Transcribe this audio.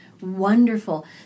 Wonderful